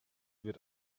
wird